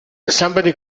somebody